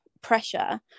pressure